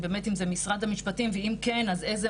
אם זה באמת משרד המשפטים ואם כן אז איזו